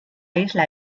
isla